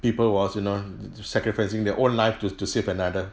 people was you know to to sacrificing their own life to to save another